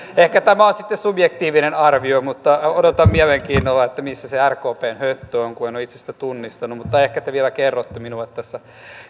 ehkä tämä on sitten subjektiivinen arvio mutta odotan mielenkiinnolla missä se rkpn höttö on kun en ole itse sitä tunnistanut mutta ehkä te vielä kerrotte minulle tässä